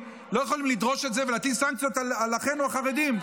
לדרוש את זה ולהטיל סנקציות על אחינו החרדים.